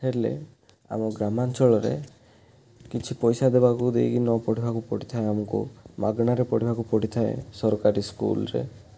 ହେଲେ ଆମ ଗ୍ରାମାଞ୍ଚଳରେ କିଛି ପଇସା ଦେବାକୁ ଦେଇକି ନ ପଢ଼ିବାକୁ ପଡ଼ିଥାଏ ଆମକୁ ମାଗଣାରେ ପଢ଼ିବାକୁ ପଡ଼ିଥାଏ ସରକାରୀ ସ୍କୁଲ୍ ରେ